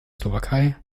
slowakei